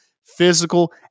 Physical